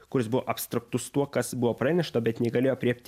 kuris buvo abstraktus tuo kas buvo pranešta bet negalėjo aprėpt